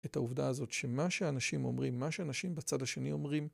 את העובדה הזאת שמה שאנשים אומרים, מה שאנשים בצד השני אומרים